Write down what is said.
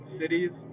cities